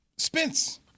Spence